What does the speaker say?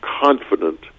confident